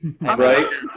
Right